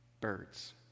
Birds